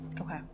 Okay